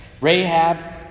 Rahab